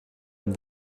den